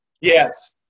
Yes